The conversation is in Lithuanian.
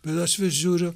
bet aš vis žiūriu